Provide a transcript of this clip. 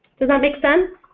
does that make sense?